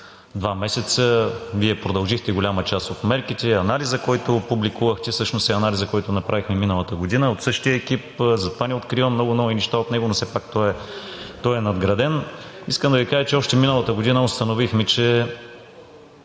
два месеца, Вие продължихте голяма част от мерките. И анализа, който публикувахте, всъщност е този, който направихме миналата година от същия екип. Затова не откривам много нови неща от него, но все пак той е надграден. Искам да Ви кажа – още миналата година установихме, че